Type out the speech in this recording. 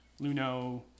Luno